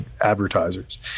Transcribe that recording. advertisers